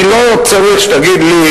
אני לא צריך שתגיד לי,